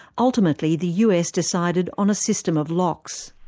ultimately the us decided on a system of locks.